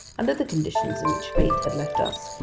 under the conditions in which fate had left us,